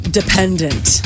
dependent